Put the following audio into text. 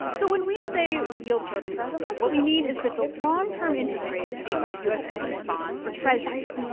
so when we say the yield curve inverted, what we mean is that the long-term interest rates paid by u s. government bonds, or treasurys,